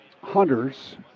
hunters